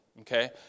okay